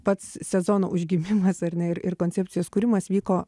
pats sezono užgimimas ar ne ir ir koncepcijos kūrimas vyko